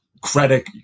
credit